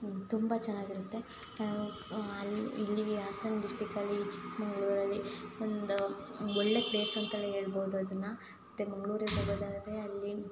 ತುಂಬ ಚೆನ್ನಾಗಿರುತ್ತೆ ಅಲ್ಲಿ ಇಲ್ಲಿ ಈ ಹಾಸನ ಡಿಸ್ಟಿಕ್ಕಲ್ಲಿ ಚಿಕ್ಕಮಗ್ಳೂರಲ್ಲಿ ಒಂದು ಒಳ್ಳೆಯ ಪ್ಲೇಸ್ ಅಂತಲೇ ಹೇಳ್ಬೋದು ಅದನ್ನು ಮತ್ತು ಮಂಗಳೂರಿಗೆ ಹೋಗೋದಾದ್ರೆ ಅಲ್ಲಿ